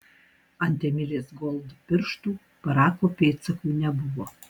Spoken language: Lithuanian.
ant emilės gold pirštų parako pėdsakų nebuvo